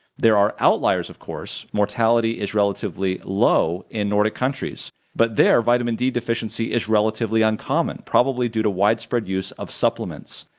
there are outliers of course mortality is relatively low in nordic countries but there vitamin d deficiency is relatively uncommon, probably due to widespread use of supplements.